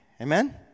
Amen